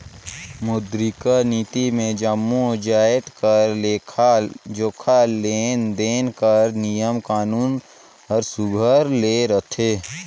मौद्रिक नीति मे जम्मो जाएत कर लेखा जोखा, लेन देन कर नियम कानून हर सुग्घर ले रहथे